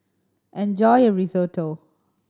enjoy your Risotto